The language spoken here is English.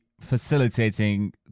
facilitating